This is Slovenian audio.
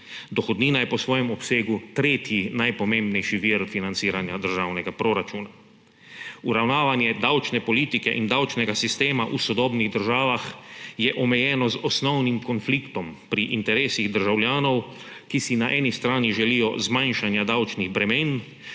Dohodnina je po svojem obsegu tretji najpomembnejši vir financiranja državnega proračuna. Uravnavanje davčne politike in davčnega sistema v sodobnih državah je omejeno z osnovnim konfliktom pri interesih državljanov, ki si na eni strani želijo zmanjšanja davčnih bremen,